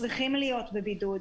שצריכים להיות בבידוד.